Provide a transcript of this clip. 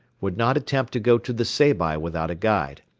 would not attempt to go to the seybi without a guide.